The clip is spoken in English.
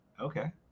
okay